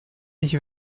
ich